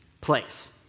place